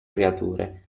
creatore